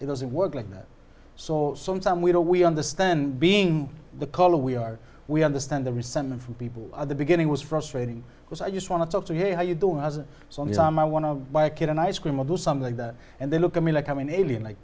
doesn't work like that so sometime we don't we understand being the color we are we understand the resentment from people at the beginning was frustrating because i just want to talk to hear how you do as a on his arm i want to buy a kid an ice cream or do something like that and they look at me like i'm an alien like